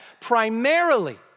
primarily